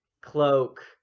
cloak